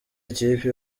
ikipe